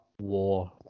war